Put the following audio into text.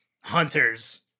hunters